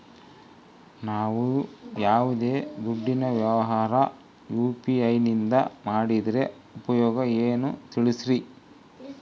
ನಾವು ಯಾವ್ದೇ ದುಡ್ಡಿನ ವ್ಯವಹಾರ ಯು.ಪಿ.ಐ ನಿಂದ ಮಾಡಿದ್ರೆ ಉಪಯೋಗ ಏನು ತಿಳಿಸ್ರಿ?